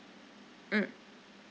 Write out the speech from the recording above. mm